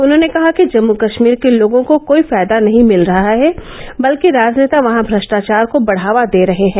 उन्होंने कहा कि जम्मू कश्मीर के लोगों को कोई फायदा नहीं मिल रहा है बल्कि राजनेता वहां भ्रष्टाचार को बढावा दे रहे हैं